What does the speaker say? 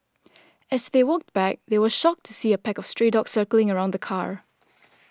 as they walked back they were shocked to see a pack of stray dogs circling around the car